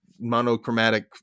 monochromatic